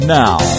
now